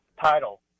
title